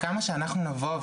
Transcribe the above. כמה שאנחנו נבוא,